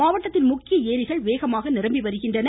மாவட்டத்தின் முக்கிய ஏரிகள் வேகமாக நிரம்பி வருகின்றன